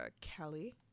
kelly